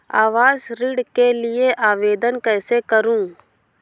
आवास ऋण के लिए आवेदन कैसे करुँ?